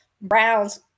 Brown's